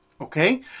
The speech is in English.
Okay